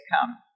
come